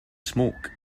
smoke